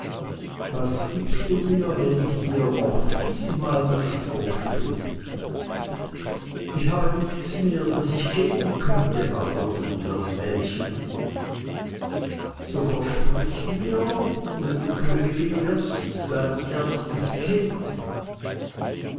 was gibst du mir wenn ich dir noch diesmal das stroh spinne ich habe nichts mehr das ich geben könnte antwortete das mädchen so versprich mir wenn du königin wirst dein erstes kind